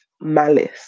malice